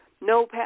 no